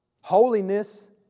Holiness